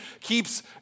keeps